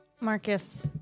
Marcus